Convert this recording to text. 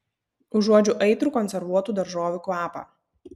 užuodžiu aitrų konservuotų daržovių kvapą